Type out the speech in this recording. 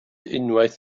unwaith